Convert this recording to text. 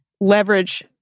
leverage